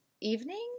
evening